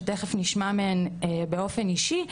שתיכף נשמע מהן באופן אישי.